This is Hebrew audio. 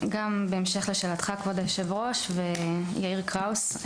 בהמשך לשאלתך כבוד יושב הראש ולדבריו של יאיר קראוס.